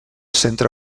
centre